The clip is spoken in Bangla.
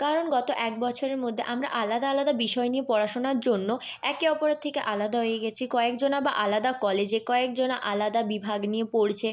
কারণ গত এক বছরের মধ্যে আমরা আলাদা আলাদা বিষয় নিয়ে পড়াশোনার জন্য একে অপরের থেকে আলাদা হয়ে গেছি কয়েকজন আবার আলাদা কলেজে কয়েকজন আলাদা বিভাগ নিয়ে পড়ছে